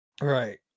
Right